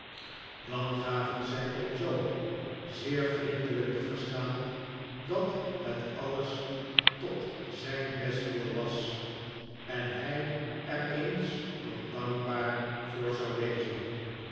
dan gaven zij ook joe zeer vriendelijk te verstaan dat het alles tot zijn bestwil was en hij er eens nog dankbaar voor zou wezen